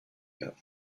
werden